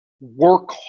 work